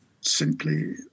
simply